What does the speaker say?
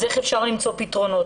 אז איך אפשר למצוא פתרונות.